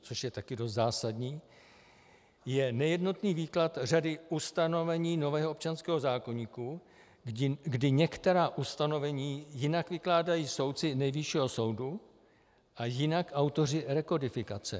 Co je taky dost zásadní, je nejednotný výklad řady ustanovení nového občanského zákoníku, kdy některá ustanovení jinak vykládají soudci Nejvyššího soudu a jinak autoři rekodifikace.